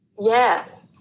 Yes